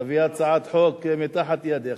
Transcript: ותביא הצעת חוק מתחת ידיך,